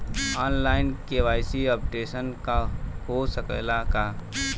आन line KYC updation हो सकेला का?